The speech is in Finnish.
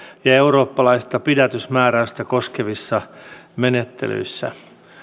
ja eurooppalaista pidätysmääräystä koskevissa menettelyissä